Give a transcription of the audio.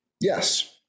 Yes